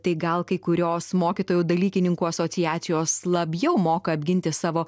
tai gal kai kurios mokytojų dalykininkų asociacijos labiau moka apginti savo